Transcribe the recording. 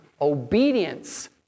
obedience